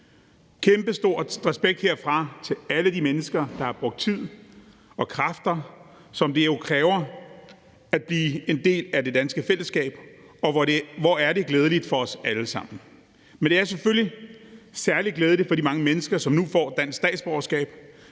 Kæmpestor respekt herfra til alle de mennesker, der har brugt tid og kræfter, hvilket det jo kræver at blive en del af det danske fællesskab. Hvor er det glædeligt for os alle sammen. Men det er selvfølgelig særlig glædeligt for de mange mennesker, som nu får dansk statsborgerskab,